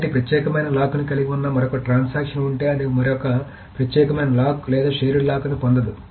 కాబట్టి ప్రత్యేకమైన లాక్ను కలిగి ఉన్న మరొక ట్రాన్సక్షన్ ఉంటే అది మరొక ప్రత్యేకమైన లాక్ లేదా షేర్డ్ లాక్ను పొందదు